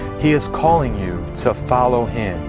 he is calling you to follow him.